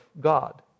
God